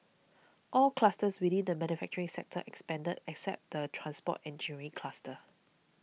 all clusters within the manufacturing sector expanded except the transport engineering cluster